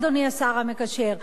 אדוני השר המקשר,